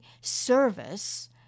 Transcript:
service